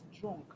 drunk